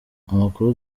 amakuru